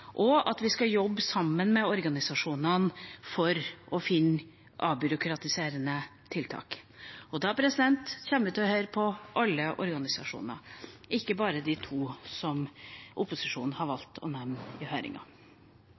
og at vi skal jobbe sammen med organisasjonene for å finne avbyråkratiserende tiltak. Da kommer vi til å høre på alle organisasjoner, ikke bare de to som opposisjonen valgte å nevne i